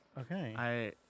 okay